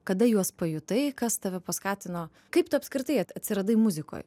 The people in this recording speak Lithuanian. kada juos pajutai kas tave paskatino kaip tu apskritai atsiradai muzikoj